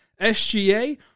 SGA